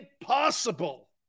impossible